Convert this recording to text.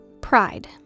Pride